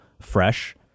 fresh